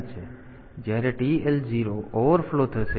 તેથી જ્યારે TL0 overflow થશે